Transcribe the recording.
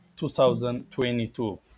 2022